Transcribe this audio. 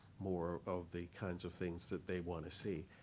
more of the kinds of things that they want to see.